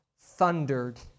thundered